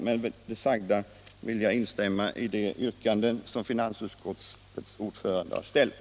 Med det anförda vill jag instämma i de yrkanden som finansutskottets ord”örande har ställt.